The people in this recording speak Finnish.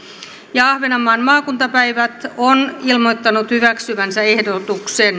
ja ahvenanmaan maakuntapäivät on ilmoittanut hyväksyvänsä ehdotuksen